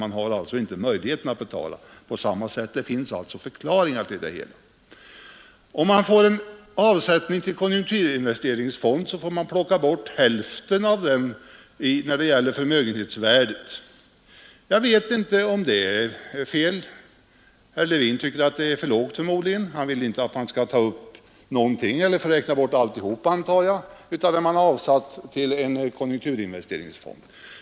Man har inte samma möjlighet att betala. Det finns alltså förklaringar till det hela. Om man gör en avsättning till en konjunkturinvesteringsfond, får man plocka bort hälften av den när det gäller förmögenhetsvärdet. Jag vet inte om det är fel. Herr Levin tycker förmodligen att det är för lågt. Han vill väl att man inte skall ta upp någonting, att man alltså skall få räkna bort alltihop, som man har avsatt till en konjunkturinvesteringsfond.